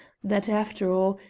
that, after all,